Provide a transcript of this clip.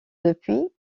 depuis